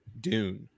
dune